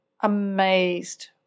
amazed